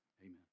Amen